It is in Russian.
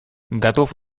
готов